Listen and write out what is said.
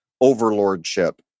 overlordship